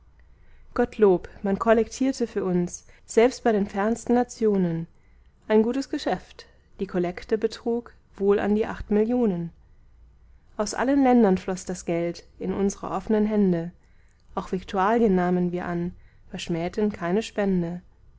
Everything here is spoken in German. gottlob man kollektierte für uns selbst bei den fernsten nationen ein gutes geschäft die kollekte betrug wohl an die acht millionen aus allen ländern floß das geld in unsre offnen hände auch viktualien nahmen wir an verschmähten keine spende